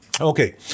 Okay